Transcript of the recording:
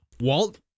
Walt